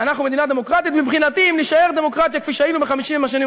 אני לא נופל על זה מהכיסא.